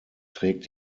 trägt